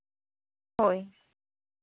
ᱦᱳᱭ